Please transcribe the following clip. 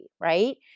right